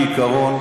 בעיקרון,